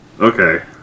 okay